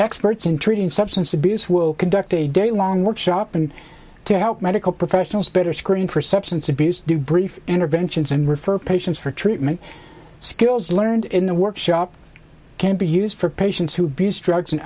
experts in treating substance abuse will conduct a day long workshop and to help medical professionals better screen for substance abuse do brief interventions and refer patients for treatment skills learned in the workshop can be used for patients who abuse drugs and